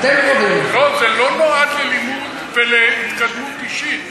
לא, זה לא נועד ללימוד ולהתקדמות אישית.